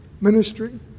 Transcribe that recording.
ministry